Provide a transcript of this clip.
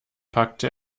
packte